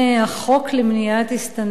החוק למניעת הסתננות.